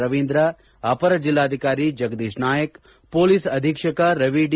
ರವೀಂದ್ರ ಅಪರ ಜಿಲ್ಲಾಧಿಕಾರಿ ಜಗದೀಶ್ ನಾಯಕ್ ಪೊಲೀಸ್ ಅಧೀಕ್ಷಕ ರವಿ ಡಿ